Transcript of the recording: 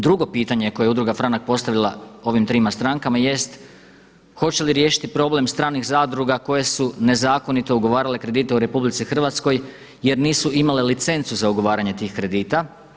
Drugo pitanje koje je Udruga FRANAK postavila ovim trima strankama jest hoće li riješiti problem stranih zadruga koje su nezakonito ugovarale kredite u RH jer nisu imale licencu za ugovaranje tih kredita.